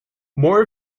more